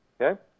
Okay